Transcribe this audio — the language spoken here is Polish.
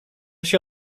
się